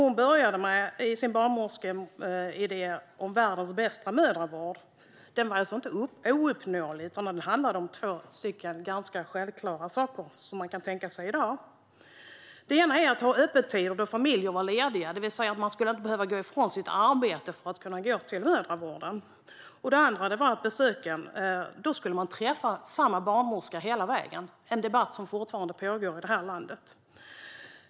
Hennes idé om världens bästa mödravård var alltså inte någonting ouppnåeligt, utan det handlade om två i dag ganska självklara saker. Det ena var att ha öppettider då familjer var lediga, det vill säga man skulle inte behöva gå ifrån sitt arbete för att gå till mödravården. Det andra var att man vid besöken skulle träffa samma barnmorska hela vägen, vilket är en debatt som fortfarande pågår här i landet.